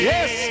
Yes